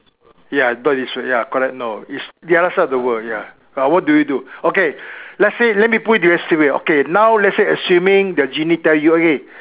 ya I thought this world ya correct no is the other side of the world ya but what do you do okay let's say let me put it this way okay now let's say assuming the genie tell you okay